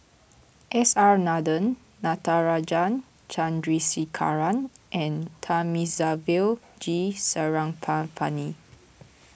S R Nathan Natarajan Chandrasekaran and Thamizhavel G Sarangapani